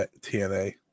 TNA